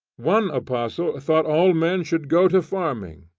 one apostle thought all men should go to farming,